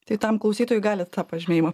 tai tam klausytojui galit tą pažymėjimą